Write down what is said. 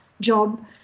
job